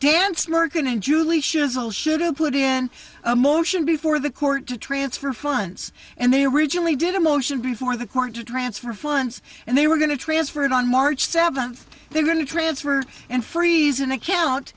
dance mercan and julie schizo's should have put in a motion before the court to transfer funds and they originally did a motion before the court to transfer funds and they were going to transfer it on march seventh they're going to transfer and freeze an account